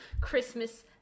Christmas